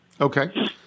Okay